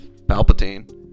Palpatine